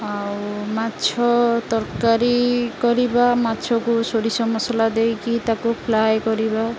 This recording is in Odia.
ଆଉ ମାଛ ତରକାରୀ କରିବା ମାଛକୁ ସୋରିଷ ମସଲା ଦେଇକି ତାକୁ ଫ୍ରାଏ କରିବା